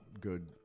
good